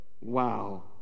Wow